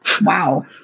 Wow